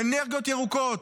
לאנרגיות ירוקות?